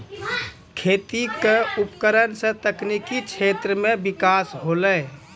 खेती क उपकरण सें तकनीकी क्षेत्र में बिकास होलय